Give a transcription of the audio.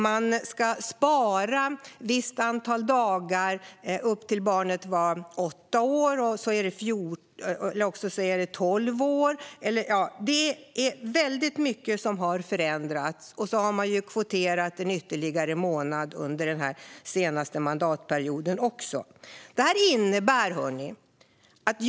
Man kan spara ett visst antal dagar upp till dess att barnet är åtta år eller till dess att det är tolv år. Väldigt mycket har alltså förändrats. Under den senaste mandatperioden har dessutom ytterligare en månad kvoterats.